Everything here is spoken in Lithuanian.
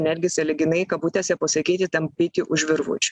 netgi sąlyginai kabutėse pasakyti tampyti už virvučių